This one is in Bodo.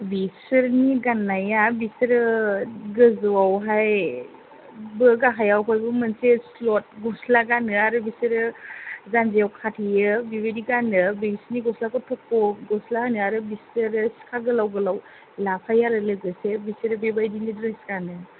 बिसोरनि गाननाया बिसोरो गोजौआवहाय बो गाहाइयाव हायबो मोनसे स्लद गस्ला गानो आरो बिसोरो जानजियाव खाथेयो बेबायदि गानो बिसोरनि गस्लाखौ थख' गस्ला होनो आरो बिसोरो सिखा गोलाव गोलाव लाफायो आरो लोगोसे बिसोरो बेबायदिनो द्रेस गानो